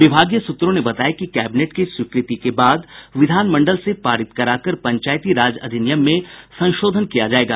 विभागीय सूत्रों ने बताया कि कैबिनेट की स्वीकृति के बाद विधानमंडल से पारित कराकर पंचायती राज अधिनियम में संशोधन किया जायेगा